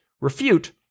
refute